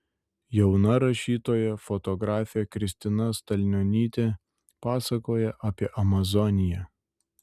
jauna rašytoja fotografė kristina stalnionytė pasakoja apie amazoniją